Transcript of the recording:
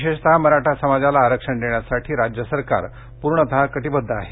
विशेषत मराठा समाजाला आरक्षण देण्यासाठी राज्य सरकार पूर्णत कटिबद्ध आहे